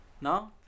No